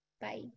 Bye